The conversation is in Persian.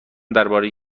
درباره